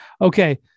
Okay